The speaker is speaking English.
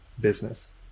business